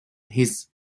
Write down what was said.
his